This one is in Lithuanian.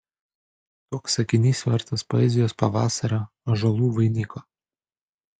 toks sakinys vertas poezijos pavasario ąžuolų vainiko